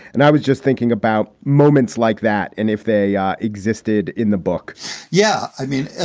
and i was just thinking about moments like that. and if they existed in the book yeah, i mean, ah